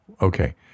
Okay